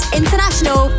international